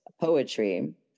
poetry